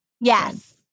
Yes